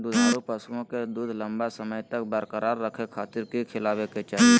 दुधारू पशुओं के दूध लंबा समय तक बरकरार रखे खातिर की खिलावे के चाही?